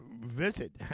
visit